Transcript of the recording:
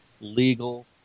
legal